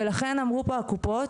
-- ולכן אמרו פה הקופות,